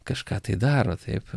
kažką tai daro taip